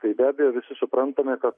tai be abejo visi suprantame kad